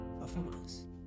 performance